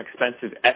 expensive